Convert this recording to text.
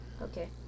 Okay